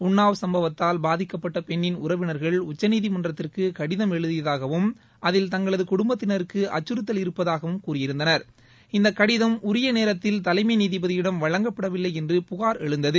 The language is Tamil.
உன்னாவ் சம்பவத்தால் பாதிக்கப்பட்ட பெண்ணின் உறவினர்கள் உச்சநீதிமன்றத்திற்கு கடிதம் எழுதியதாகவும் அதில் தங்களது குடும்பத்தினருக்கு அச்சுறுத்தல் இருப்பதாகவும் கூறியிருந்தனர் இந்த கடிதம் உரிய நேரத்தில் தலைமை நீதிபதியிடம் வழங்கப்படவில்லை என்று புகார் எழுந்தது